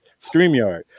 StreamYard